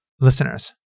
Listeners